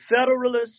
Federalists